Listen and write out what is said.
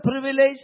privilege